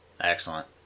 Excellent